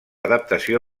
adaptació